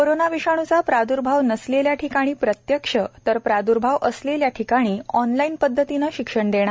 corona विषणूचा प्राद्र्भाव नसलेल्या ठिकाणी प्रत्यक्ष तर प्राद्र्भाव असलेल्या ठिकाणी ऑनलाइन पद्धतीने शिक्षण देणार